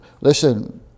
Listen